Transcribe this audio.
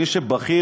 מי שבכיר,